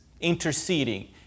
interceding